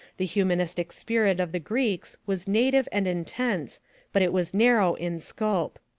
the humanistic spirit of the greeks was native and intense but it was narrow in scope.